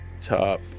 Top